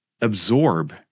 absorb